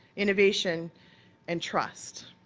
innovation and trust.